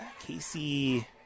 Casey